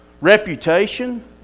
reputation